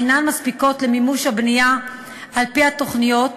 אינה מספיקה למימוש הבנייה על-פי התוכניות.